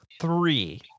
three